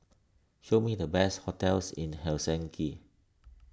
show me the best hotels in Helsinki